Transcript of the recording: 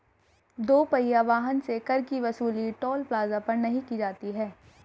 दो पहिया वाहन से कर की वसूली टोल प्लाजा पर नही की जाती है